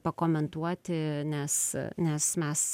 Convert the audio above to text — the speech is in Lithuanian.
pakomentuoti nes nes mes